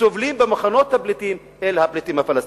שסובלים במחנות הפליטים, אלה הפליטים הפלסטינים.